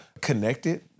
connected